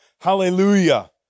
hallelujah